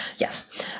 Yes